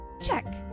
check